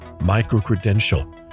micro-credential